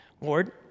Lord